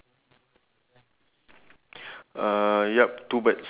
your your wheels what colour